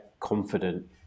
confident